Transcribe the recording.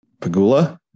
Pagula